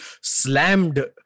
slammed